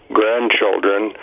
grandchildren